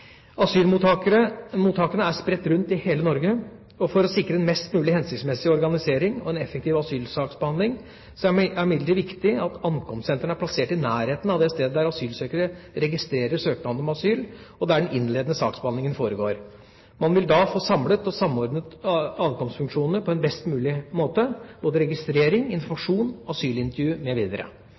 er spredt rundt i hele Norge. For å sikre en mest mulig hensiktsmessig organisering og en effektiv asylsaksbehandling er det imidlertid viktig at ankomstsenteret er plassert i nærheten av det stedet der asylsøkere registrerer søknaden om asyl, og der den innledende saksbehandlingen foregår. Man vil da få samlet og samordnet ankomstfunksjonene på en best mulig måte; registrering, informasjon, asylintervju